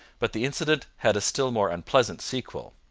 but the incident had a still more unpleasant sequel.